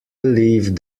belief